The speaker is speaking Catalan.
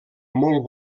molt